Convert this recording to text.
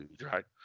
right